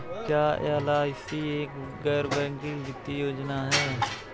क्या एल.आई.सी एक गैर बैंकिंग वित्तीय योजना है?